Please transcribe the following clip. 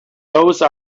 those